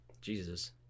Jesus